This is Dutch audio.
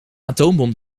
atoombom